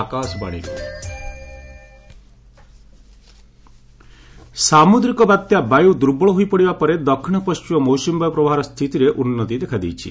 IMD monsoon ସାମୁଦ୍ରିକ ବାତ୍ୟା 'ବାୟୁ' ଦୁର୍ବଳ ହୋଇ ପଡ଼ିବା ପରେ ଦକ୍ଷିଣ ପଣ୍ଢିମ ମୌସୁମୀ ବାୟୁ ପ୍ରବାହର ସ୍ଥିତିରେ ଉନ୍ନତି ଦେଖାଦେଇଛି